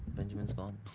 benjamin is gone.